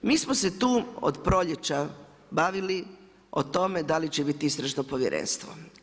Mi smo se tu od proljeća bavili o tome da li će biti istražno povjerenstvo.